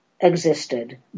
existed